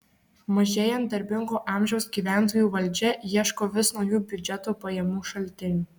mažėjant darbingo amžiaus gyventojų valdžia ieško vis naujų biudžeto pajamų šaltinių